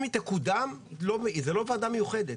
אם היא תקודם זאת לא ועדה מיוחדת.